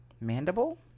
mandible